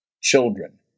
Children